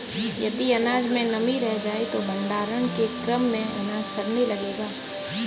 यदि अनाज में नमी रह जाए तो भण्डारण के क्रम में अनाज सड़ने लगेगा